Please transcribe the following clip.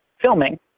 filming